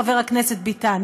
חבר הכנסת ביטן.